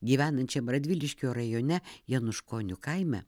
gyvenančiam radviliškio rajone januškonių kaime